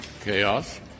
chaos